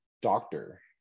Doctor